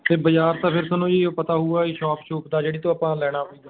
ਫਿਰ ਬਾਜ਼ਾਰ ਤਾਂ ਫਿਰ ਤੁਹਾਨੂੰ ਜੀ ਓ ਪਤਾ ਹੋਊਗਾ ਜੀ ਸ਼ੋਪ ਸ਼ੂਪ ਦਾ ਜਿਹੜੀ ਤੋਂ ਆਪਾਂ ਲੈਣਾ